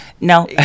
No